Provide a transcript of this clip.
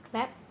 clap